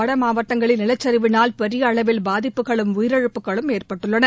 வட மாவட்டங்களில் நிலச்சரிவினால் பெரிய அளவில் பாதிப்புகளும் உயிரிழப்புகளும் ஏற்பட்டுள்ளன